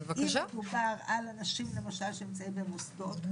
אם מדובר למשל על אנשים שנמצאים במוסדות,